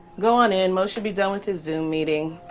go on in mo should be done with his zoom meeting